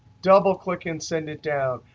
double click and send it down.